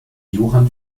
johann